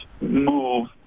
move